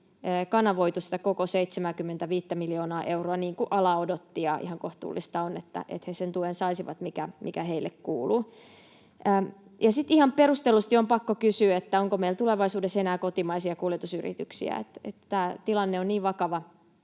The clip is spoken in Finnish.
kanavoitu sitä koko 75:tä miljoonaa euroa, niin kuin ala odotti? Ihan kohtuullista olisi, että he sen tuen saisivat, mikä heille kuuluu. Ja sitten ihan perustellusti on pakko kysyä, onko meillä tulevaisuudessa enää kotimaisia kuljetusyrityksiä. Tämä tilanne alalla on niin vakava.